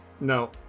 No